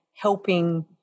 helping